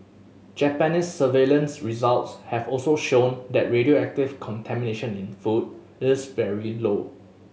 Japan's surveillance results have also shown that radioactive contamination in food it is very low